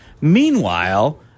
Meanwhile